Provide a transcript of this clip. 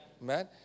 Man